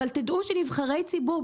אבל תדעו שנבחרי ציבור,